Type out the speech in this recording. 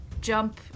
jump